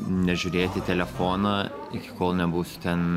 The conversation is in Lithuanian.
nežiūrėti į telefoną iki kol nebūsiu ten